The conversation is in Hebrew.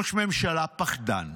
ראש ממשלה פחדן,